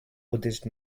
buddhist